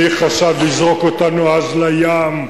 מי חשב לזרוק אותנו אז לים?